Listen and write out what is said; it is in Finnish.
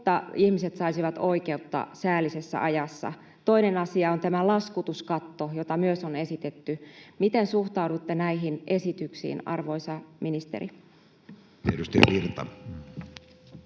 jotta ihmiset saisivat oikeutta säällisessä ajassa. Toinen asia on laskutuskatto, jota myös on esitetty. Miten suhtaudutte näihin esityksiin, arvoisa ministeri? Edustaja Virta.